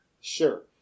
Sure